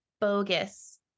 bogus